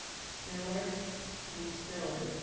stiller and stiller.